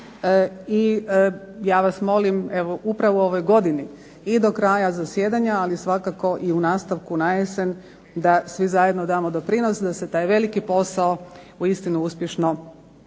i ja vas molim evo upravo u ovoj godini i do kraja zasjedanja, ali svakako i u nastavku najesen da svi zajedno damo doprinos da se taj veliki posao uistinu uspješno